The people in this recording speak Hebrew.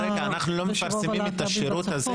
אנחנו כבר חודשים גם לא מפרסמים את השירות הזה,